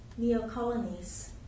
Neocolonies